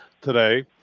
today